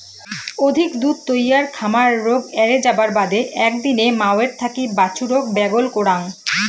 অধিক দুধ তৈয়ার খামার রোগ এ্যারে যাবার বাদে একদিনে মাওয়ের থাকি বাছুরক ব্যাগল করাং